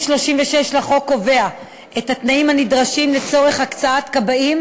3. סעיף 36 לחוק קובע את התנאים הנדרשים לצורך הקצאת כבאים